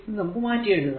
6 നമുക്ക് മാറ്റി എഴുതാം